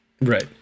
Right